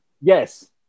Yes